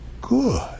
good